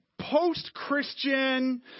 post-Christian